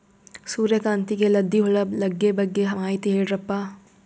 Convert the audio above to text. ಸೂರ್ಯಕಾಂತಿಗೆ ಲದ್ದಿ ಹುಳ ಲಗ್ಗೆ ಬಗ್ಗೆ ಮಾಹಿತಿ ಹೇಳರಪ್ಪ?